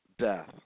death